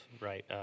right